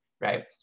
Right